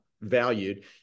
valued